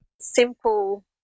simple